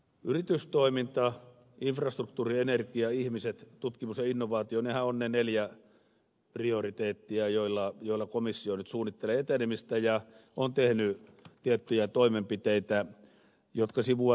yritystoiminta infrastruktuuri energia ihmiset tutkimus ja innovaatio nehän ovat ne neljä prioriteettia joilla komissio nyt suunnittelee etenemistä ja on tehnyt tiettyjä toimenpiteitä jotka sivuavat tietysti meitäkin